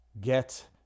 Get